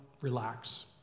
relax